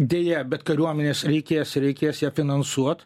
deja bet kariuomenės reikės reikės ją finansuot